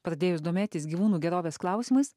pradėjus domėtis gyvūnų gerovės klausimais